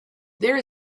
there